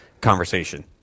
conversation